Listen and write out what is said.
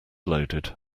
loaded